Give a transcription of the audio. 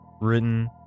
written